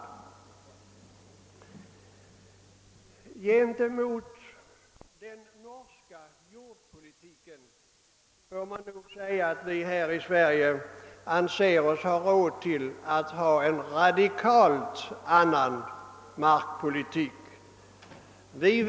Jämfört med den norska jordpolitiken tycks vi här i Sverige ha råd att bedriva en radikalt annorlunda markpolitik.